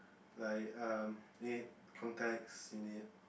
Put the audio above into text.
like um you need context you need